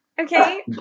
Okay